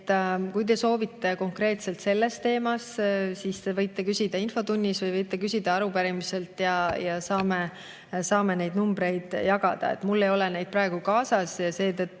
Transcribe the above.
Kui te soovite konkreetselt selle teema kohta küsida, siis te võite küsida infotunnis. Või võite esitada arupärimise ja me saame neid numbreid jagada. Mul ei ole neid praegu kaasas